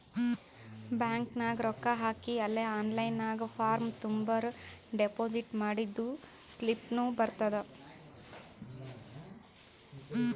bank ನಾಗ್ ರೊಕ್ಕಾ ಹಾಕಿ ಅಲೇ ಆನ್ಲೈನ್ ನಾಗ್ ಫಾರ್ಮ್ ತುಂಬುರ್ ಡೆಪೋಸಿಟ್ ಮಾಡಿದ್ದು ಸ್ಲಿಪ್ನೂ ಬರ್ತುದ್